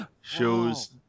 shows